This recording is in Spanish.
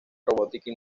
robótica